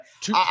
Two